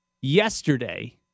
yesterday